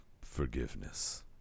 forgiveness